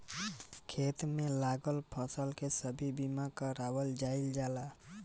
खेत में लागल फसल के भी बीमा कारावल जाईल जाला